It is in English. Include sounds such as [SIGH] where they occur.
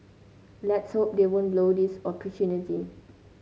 let's hope they won't blow this [UNINTELLIGIBLE]